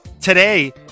today